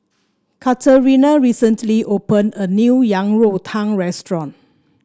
Katerina recently opened a new Yang Rou Tang restaurant